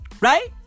Right